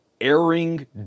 airing